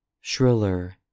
shriller